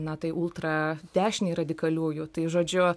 na tai ultra dešinei radikaliųjų tai žodžiu